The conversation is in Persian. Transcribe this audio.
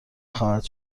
خواهد